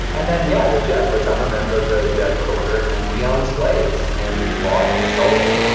and then, yeah, the jesuits i'm a member of the jesuit order and we owned slaves and bought and sold them,